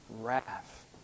wrath